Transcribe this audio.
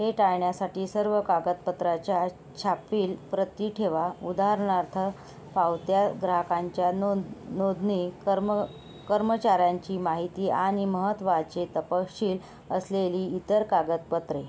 हे टाळण्यासाठी सर्व कागदपत्राच्या छापील प्रती ठेवा उदाहरणार्थ पावत्या ग्राहकांच्या नोंद नोदणी कर्म कर्मचाऱ्यांची माहिती आणि महत्त्वाचे तपशील असलेली इतर कागपत्रे